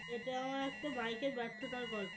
এটা আমার একটা বাইকের ব্যর্থতার গল্প